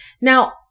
Now